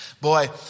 Boy